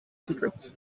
secret